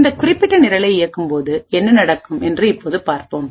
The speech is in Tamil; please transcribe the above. இந்த குறிப்பிட்ட நிரலை இயக்கும்போது என்ன நடக்கும் என்று இப்போது பார்ப்போம்